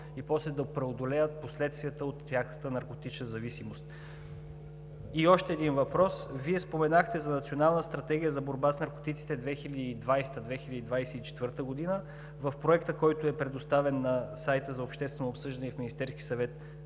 и после да преодолеят последствията от тяхната наркотична зависимост. Още един въпрос – Вие споменахте за Национална стратегия за борба с наркотиците 2020 – 2024 г. В Проекта, който е предоставен на сайта за обществено обсъждане в Министерския съвет,